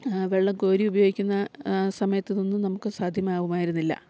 വെള്ളം കോരി ഉപയോഗിക്കുന്ന സമയത്തിതൊന്നും നമുക്ക് സാധ്യമാകുമായിരുന്നില്ല